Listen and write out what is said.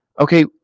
Okay